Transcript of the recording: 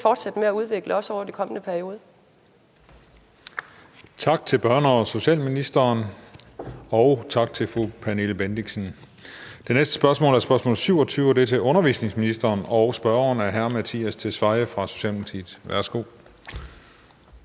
fortsætte med at udvikle, også over den kommende periode.